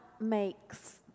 makes